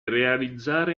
realizzare